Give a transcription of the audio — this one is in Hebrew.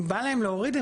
בא להם להוריד,